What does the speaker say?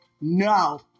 no